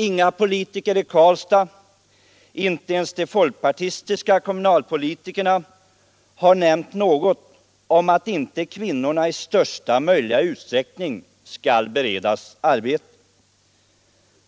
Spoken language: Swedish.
Inga politiker i Karlstad, inte ens de folkpartistiska kommunalpolitikerna, har nämnt någonting om att inte kvinnorna i största möjliga utsträckning skall beredas arbete.